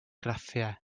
graffiau